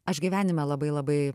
aš gyvenime labai labai